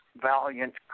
valiant